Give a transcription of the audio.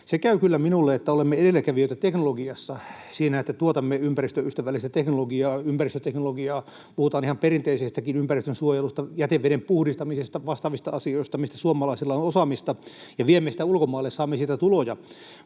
Se käy kyllä minulle, että olemme edelläkävijöitä teknologiassa, siinä, että tuotamme ympäristöystävällistä teknologiaa, ympäristöteknologiaa — puhutaan ihan perinteisestäkin ympäristönsuojelusta, jäteveden puhdistamisesta ja vastaavista asioista, missä suomalaisilla on osaamista — ja viemme sitä ulkomaille ja saamme siitä tuloja,